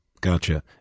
Gotcha